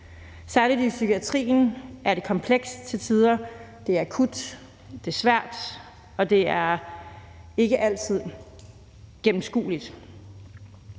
Særlig i psykiatrien er det til tider komplekst. Det er akut, det er svært, og det er ikke altid er gennemskueligt.